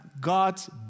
God's